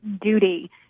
duty